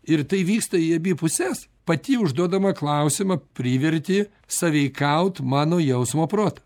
ir tai vyksta į abi puses pati užduodama klausimą priverti sąveikaut mano jausmo protą